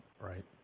right